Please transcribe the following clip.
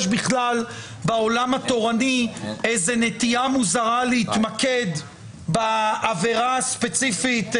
יש בכלל בעולם התורנית נטייה מוזרה להתמקד בעבירה הספציפית,